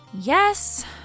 Yes